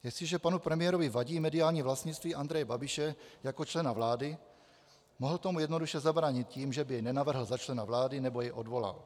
Jestliže panu premiérovi vadí mediální vlastnictví Andreje Babiše jako člena vlády, mohl tomu jednoduše zabránit tím, že by jej nenavrhl za člena vlády nebo jej odvolal.